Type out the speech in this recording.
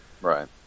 right